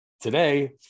today